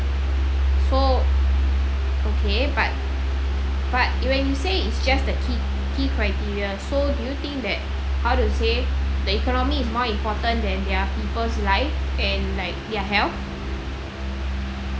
so okay but but when you say is just the key key criteria so do you think that how to say the economy is more important than their people's life and like their health